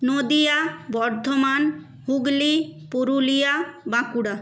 Nadia Bardhaman Hooghly Purulia Bankura